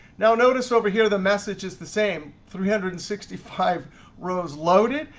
now notice over here, the message is the same. three hundred and sixty five rows loaded.